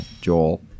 Joel